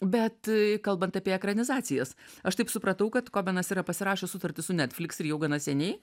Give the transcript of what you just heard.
bet kalbant apie ekranizacijas aš taip supratau kad kobenas yra pasirašęs sutartį su netflix ir jau gana seniai